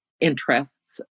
interests